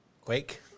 Quake